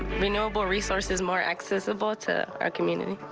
renewable resources more accessible to our community.